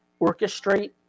orchestrate